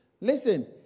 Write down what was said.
Listen